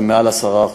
זה מעל 10%,